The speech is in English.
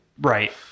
Right